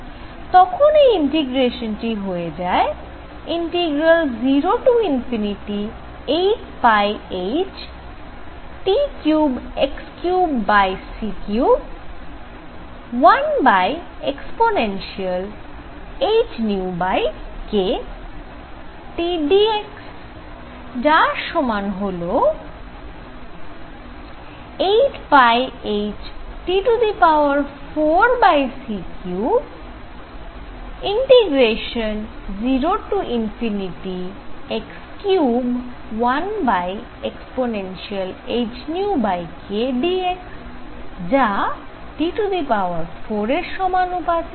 তখন এই ইন্টিগ্রেশানটি হয়ে যায় ∫08πhT3x3c31 ehxkTdx যার সমান হল 8πhT4c3∫0x31 ehxkdx যা T4 এর সমানুপাতিক